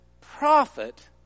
prophet